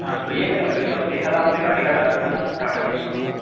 हाँ भैया मैंने ओलेक्सा पर देखा था आपने गाड़ी का डाल रखा था टाटा नेक्सॉन का